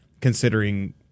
considering